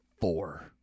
four